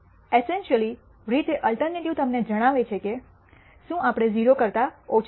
essentially રીતે alternative તમને જણાવે છે કે શું આપણે 0 કરતા ઓછા